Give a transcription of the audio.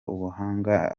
ubuhanga